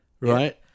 right